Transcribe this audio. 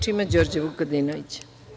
Reč ima Đorđe Vukadinović.